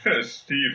Steve